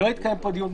לא נקיים פה דיון,